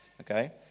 Okay